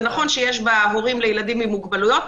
נכון שיש בה הורים לילדים עם מוגבלויות,